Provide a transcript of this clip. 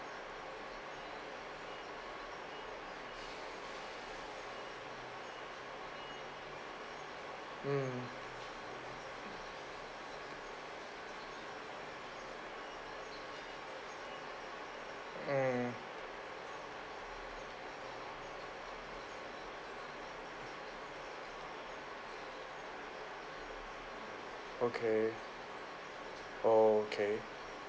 mm mm okay oh okay